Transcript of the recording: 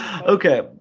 okay